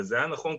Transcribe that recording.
וזה היה נכון,